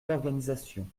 d’organisation